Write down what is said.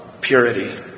purity